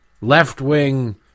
left-wing